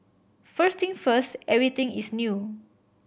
first thing first everything is new